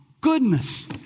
goodness